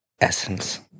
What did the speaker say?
essence